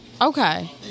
Okay